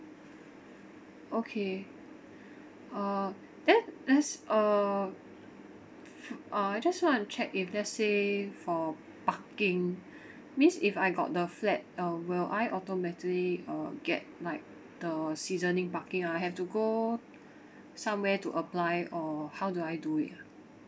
okay uh then does uh uh I just want to check if let's say for parking means if I got the flat uh will I automatically uh get like the seasoning parking or I have to go somewhere to apply or how do I do it